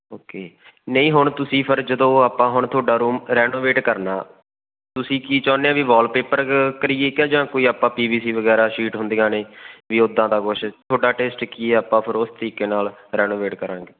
okay ਨਹੀਂ ਹੁਣ ਤੁਸੀਂ ਫਿਰ ਜਦੋਂ ਆਪਾਂ ਹੁਣ ਤੁਹਾਡਾ ਰੂਮ ਰੈਨੋਵੇਟ ਕਰਨਾ ਤੁਸੀਂ ਕੀ ਚਾਹੁੰਦੇ ਹੋ ਵੀ ਵਾਲਪੇਪਰ ਕਰੀਏ ਕਿ ਜਾਂ ਕੋਈ ਆਪਾਂ ਪੀ ਵੀ ਸੀ ਵਗੈਰਾ ਸ਼ੀਟ ਹੁੰਦੀਆਂ ਨੇ ਵੀ ਉੱਦਾਂ ਦਾ ਕੁਛ ਤੁਹਾਡਾ ਟੇਸਟ ਕੀ ਆਪਾਂ ਫਿਰ ਉਸ ਤਰੀਕੇ ਨਾਲ ਰੈਨੋਵੇਟ ਕਰਾਂਗੇ